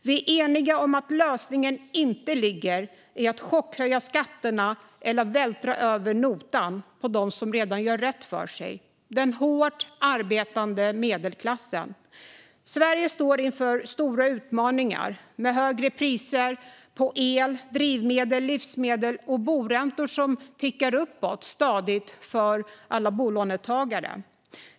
Vi är eniga om att lösningen inte ligger i att chockhöja skatterna eller vältra över notan på dem som redan gör rätt för sig: den hårt arbetande medelklassen. Sverige står inför stora utmaningar med högre priser på el, drivmedel och livsmedel och med boräntor som stadigt tickar uppåt för alla bolånetagare.